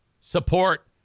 support